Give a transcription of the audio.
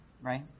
right